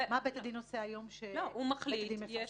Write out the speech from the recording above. מה בית הדין עושה היום לגבי פרסום,